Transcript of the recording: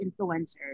influencers